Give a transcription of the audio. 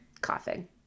Coughing